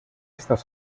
estás